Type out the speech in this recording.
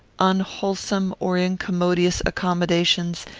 unwholesome or incommodious accommodations,